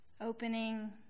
opening